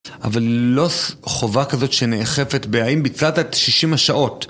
אבל לא חובה כזאת שנאכפת בהאם בצעת את 60 השעות.